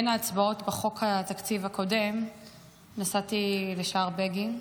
בין ההצבעות על חוק התקציב הקודם נסעתי לשער בגין.